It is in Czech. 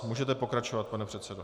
Můžete pokračovat, pane předsedo.